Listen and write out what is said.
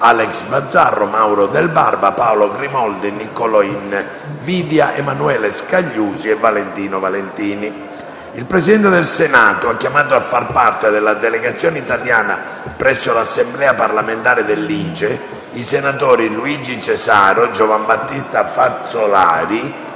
Il Presidente del Senato ha chiamato a far parte della delegazione italiana presso l'Assemblea parlamentare dell'INCE i senatori Luigi Cesaro, Giovanbattista Fazzolari,